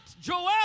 Joel